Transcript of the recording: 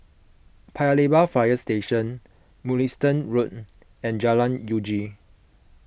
Paya Lebar Fire Station Mugliston Road and Jalan Uji